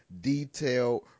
detailed